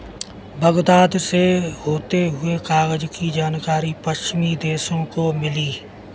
Baghdad से होते हुए कागज की जानकारी पश्चिमी देशों को मिली